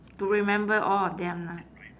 to remember all of them lah